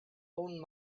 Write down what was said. own